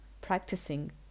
practicing